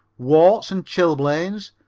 warts and chilblains,